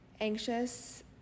anxious